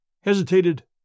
hesitated